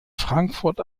frankfurt